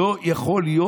לא יכול להיות.